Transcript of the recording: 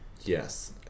Yes